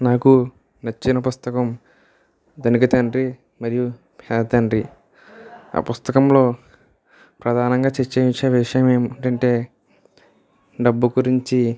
నాకు నచ్చిన పుస్తకం ధనిక తండ్రి మరియు పేద తండ్రి ఆ పుస్తకంలో ప్రధానంగా చర్చించే విషయం ఏమిటంటే డబ్బు గురించి